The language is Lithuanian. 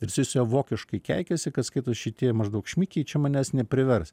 ir jisai su juo vokiškai keikiasi kas skaito šitie maždaug šmikiai čia manęs neprivers